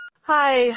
Hi